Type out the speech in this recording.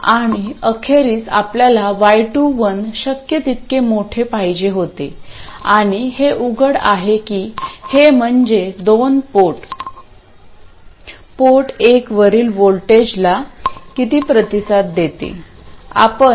आणि अखेरीस आपल्याला y21 शक्य तितके मोठे पाहिजे होते आणि हे उघड आहे की हे म्हणजे दोन पोर्ट पोर्ट एकवरील व्होल्टेजला किती प्रतिसाद देते